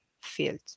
field